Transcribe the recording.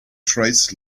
trays